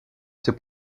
ses